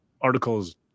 articles